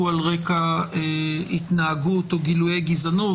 על רקע התנהגות או גילויי גזענות,